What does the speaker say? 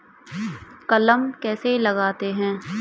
कलम कैसे लगाते हैं?